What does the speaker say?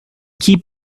keep